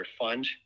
fund